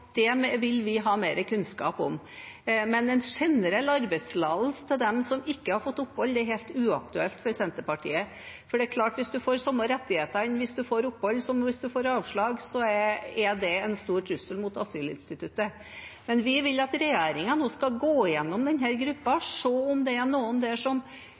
det vil vi ha mer kunnskap om. Men en generell arbeidstillatelse til dem som ikke har fått opphold, er helt uaktuelt for Senterpartiet, for det er klart at hvis man får de samme rettighetene hvis man får avslag som hvis man får opphold, er det en stor trussel mot asylinstituttet. Vi vil at regjeringen nå skal gå igjennom denne gruppen og se om det er noen der som